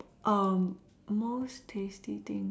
most tasty thing